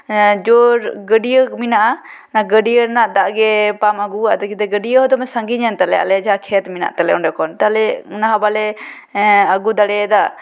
ᱡᱳᱨ ᱜᱟᱹᱰᱭᱟᱹ ᱢᱮᱱᱟᱜᱼᱟ ᱚᱟᱱ ᱜᱟᱹᱰᱭᱟᱹ ᱨᱮᱱᱟᱜ ᱫᱟᱜ ᱜᱮ ᱯᱟᱢ ᱟᱜᱩᱭᱟᱫ ᱛᱮ ᱜᱟᱹᱰᱭᱟᱹ ᱦᱚᱸ ᱫᱚᱢᱮ ᱥᱟᱹᱜᱤᱧ ᱮᱱ ᱛᱟᱞᱮᱭᱟ ᱟᱞᱮ ᱡᱟᱦᱟᱸ ᱠᱷᱮᱛ ᱢᱮᱱᱟᱜ ᱛᱟᱞᱮ ᱚᱸᱰᱮ ᱠᱷᱚᱱ ᱛᱟᱦᱚᱞᱮ ᱚᱱᱟ ᱦᱚᱸ ᱵᱟᱞᱮ ᱟᱜᱩ ᱫᱟᱲᱮ ᱟᱫᱟ